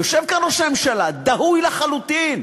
יושב כאן ראש הממשלה דהוי לחלוטין.